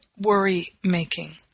worry-making